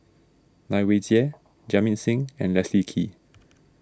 Lai Weijie Jamit Singh and Leslie Kee